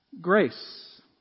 Grace